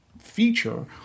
feature